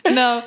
no